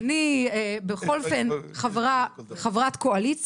אני בכל אופן חברת קואליציה,